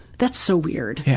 that's so weird. yeah